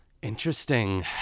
Interesting